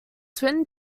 twin